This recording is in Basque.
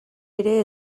ere